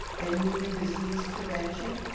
and human disease prevention.